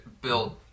built